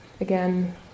again